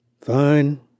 Fine